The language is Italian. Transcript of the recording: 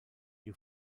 gli